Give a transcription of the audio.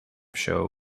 show